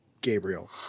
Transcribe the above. Gabriel